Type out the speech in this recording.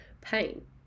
pain